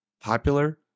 popular